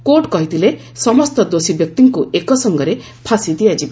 court କହିଥିଲେ ସମସ୍ତ ଦୋଷୀ ବ୍ୟକ୍ତିଙ୍କୁ ଏକସଙ୍ଗରେ ଫାଶୀ ଦିଆଯିବ